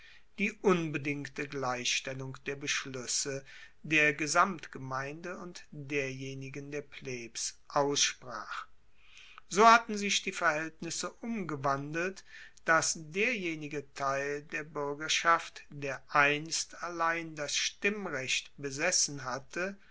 die unbedingte gleichstellung der beschluesse der gesamtgemeinde und derjenigen der plebs aussprach so hatten sich die verhaeltnisse umgewandelt dass derjenige teil der buergerschaft der einst allein das stimmrecht besessen hatte